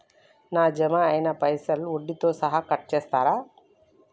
నా జమ అయినా పైసల్ వడ్డీతో సహా కట్ చేస్తరా?